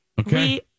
okay